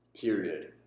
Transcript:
Period